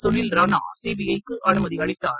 Sunil Rana CBI க்கு அனுமதி அளித்தார்